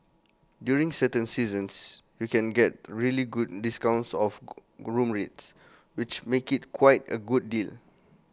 during certain seasons you can get really good discounts off room rates which make IT quite A good deal